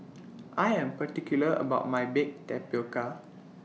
I Am particular about My Baked Tapioca